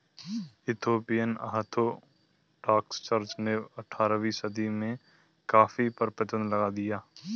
Ethiopian Orthodox church ने अठारहवीं सदी में कॉफ़ी पर प्रतिबन्ध लगा दिया